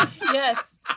Yes